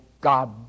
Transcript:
God